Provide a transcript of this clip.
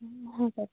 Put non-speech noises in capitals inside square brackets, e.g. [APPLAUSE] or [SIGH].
[UNINTELLIGIBLE]